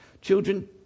Children